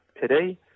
today